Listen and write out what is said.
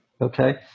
okay